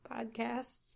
podcasts